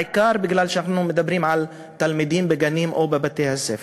בעיקר מפני שאנחנו מדברים על תלמידים בגנים ובבתי-הספר,